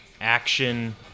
action